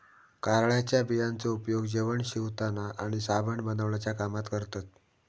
कारळ्याच्या बियांचो उपयोग जेवण शिवताना आणि साबण बनवण्याच्या कामात करतत